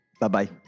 Bye-bye